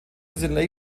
diese